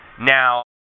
Now